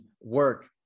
work